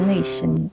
Nation